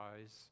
eyes